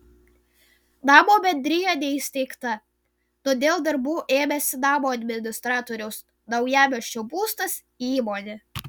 namo bendrija neįsteigta todėl darbų ėmėsi namo administratoriaus naujamiesčio būstas įmonė